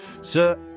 Sir